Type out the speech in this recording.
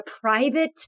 private